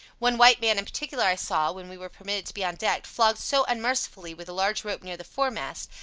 one white man in particular i saw, when we were permitted to be on deck, flogged so unmercifully with a large rope near the foremast,